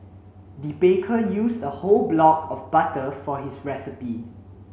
the baker used a whole block of butter for his recipe